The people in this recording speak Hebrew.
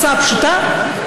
הצעה פשוטה,